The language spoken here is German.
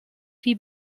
wie